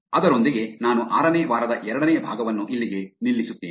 ಅದರೊಂದಿಗೆ ನಾನು ಆರನೇ ವಾರದ ಎರಡನೇ ಭಾಗವನ್ನು ಇಲ್ಲಿಗೆ ನಿಲ್ಲಿಸುತ್ತೇನೆ